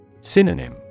Synonym